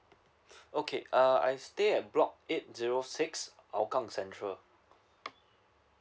okay uh I stay at block eight zero six hougang central